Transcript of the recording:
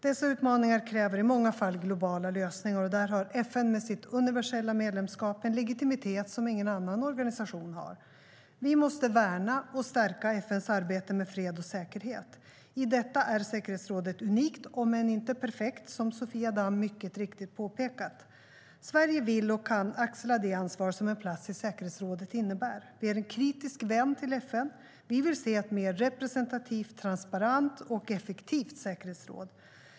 Dessa utmaningar kräver i många fall globala lösningar, och där har FN med sitt universella medlemskap en legitimitet som ingen annan organisation har. Vi måste värna och stärka FN:s arbete med fred och säkerhet. I detta är säkerhetsrådet unikt, om än inte perfekt, som Sofia Damm mycket riktigt påpekat. Sverige vill och kan axla det ansvar som en plats i säkerhetsrådet innebär. Vi är en kritisk vän till FN. Vi vill se ett mer representativt, transparent och effektivt säkerhetsråd.